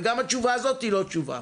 וגם התשובה הזאת היא לא תשובה,